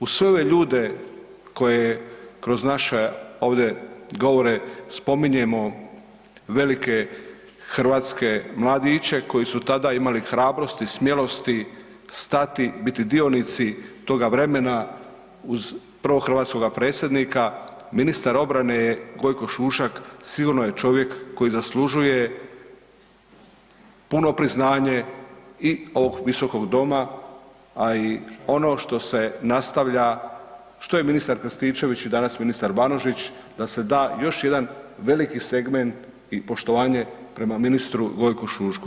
Uz sve ove ljude koje kroz naša ovde govore spominjemo velike hrvatske mladiće koji su tada imali hrabrosti, smjelosti, stati, biti dionici toga vremena uz prvog hrvatskog predsjednika, ministar obrane je Gojko Šušak sigurno je čovjek koji zaslužuje puno priznanje i ovog visokog doma, a i ono što se nastavlja što je ministar Krstičević i danas ministar Banožić, da se da još jedan veliki segment i poštovanje prema ministru Gojku Šušku.